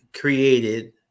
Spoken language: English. created